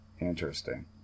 Interesting